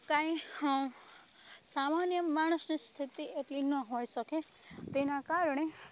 કાંઇ સામાન્ય માણસની સ્થિતિ એટલી ન હોઇ શકે તેના કારણે